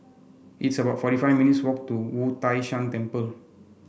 it's about forty five minutes' walk to Wu Tai Shan Temple